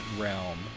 realm